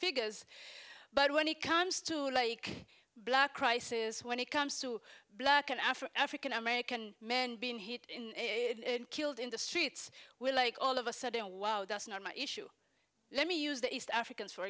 figures but when it comes to like black crisis when it comes to black and after african american men being hit in killed in the streets we're like all of a sudden wow that's not my issue let me use the east africans for